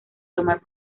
tomar